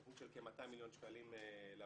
תוכנית של כ-200 מיליון שקלים לבסיס.